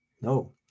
No